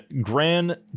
Grand